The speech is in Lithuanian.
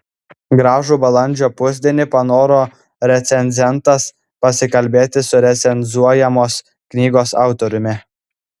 gražų balandžio pusdienį panoro recenzentas pasikalbėti su recenzuojamos knygos autoriumi